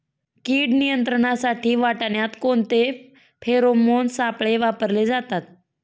कीड नियंत्रणासाठी वाटाण्यात कोणते फेरोमोन सापळे वापरले जातात?